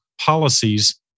policies